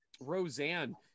Roseanne